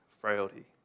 frailty